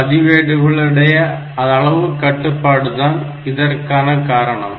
பதிவேடுகளுடைய அளவு கட்டுப்பாடு தான் இதற்கான காரணம்